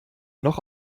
noch